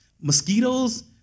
mosquitoes